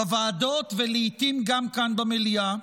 בוועדות ולעיתים גם כאן במליאה,